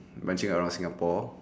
branching around singapore